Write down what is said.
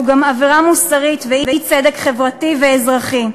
הוא גם עבירה מוסרית ואי-צדק חברתי ואזרחי.